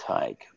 take